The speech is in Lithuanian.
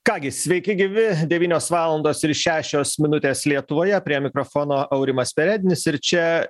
ką gi sveiki gyvi devynios valandos ir šešios minutės lietuvoje prie mikrofono aurimas perednis ir čia